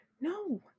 No